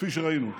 כפי שראינו.